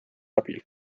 abil